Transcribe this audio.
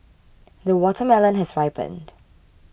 the watermelon has ripened